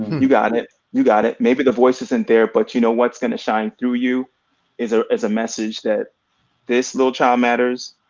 you got it, you got it, maybe the voice isn't there, but you know what's gonna shine through you is ah as a message that this little child matters,